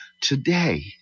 today